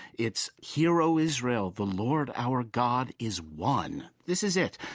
it's hear, o israel! the lord our god is one. this is it.